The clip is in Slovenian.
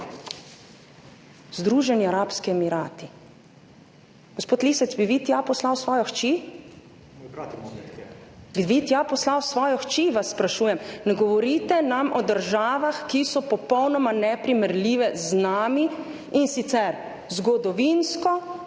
Združeni arabski emirati. Gospod Lisec, bi vi tja poslal svojo hči? Bi vi tja poslal svojo hči, vas sprašujem? Ne govorite nam o državah, ki so popolnoma neprimerljive z nami, in sicer zgodovinsko,